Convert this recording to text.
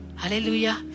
Hallelujah